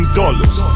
dollars